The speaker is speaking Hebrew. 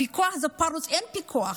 הפיקוח פרוץ, אין פיקוח.